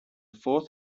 fourth